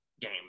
game